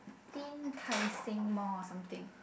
~teen Tai Seng mall or something